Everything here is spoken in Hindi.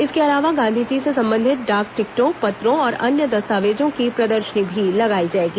इसके अलावा गांधी जी से संबंधित डाक टिकटों पत्रों और अन्य दस्तावेजों की प्रदर्शनी भी लगाई जाएगी